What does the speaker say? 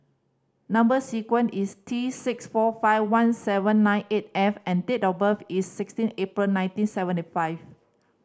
number sequence is T six four five one seven nine eight F and date of birth is sixteen April nineteen seventy five